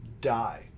die